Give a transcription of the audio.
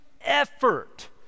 effort